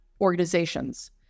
organizations